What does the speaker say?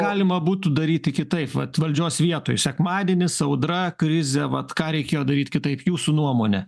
galima būtų daryti kitaip vat valdžios vietoj sekmadienis audra krizė vat ką reikėjo daryt kitaip jūsų nuomonę